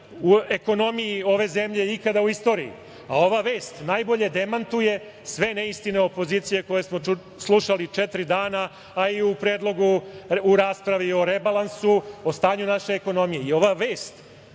u ekonomiji ove zemlje ikada u istoriji. Ova vest najbolje demantuje sve neistine opozicije koje smo slušali četiri dana, a i u raspravi o rebalansu, o stanju naše ekonomije. Ova vest,